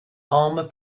armour